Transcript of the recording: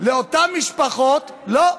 לאותן משפחות: לא.